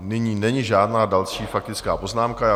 Nyní není žádná další faktická poznámka.